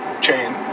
chain